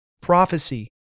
Prophecy